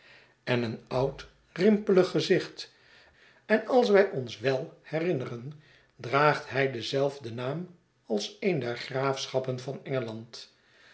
en een oud rimpelig gezicht en als wij ons wel herinneren draagt hij denzelfden naam als een der graafschappen van engeland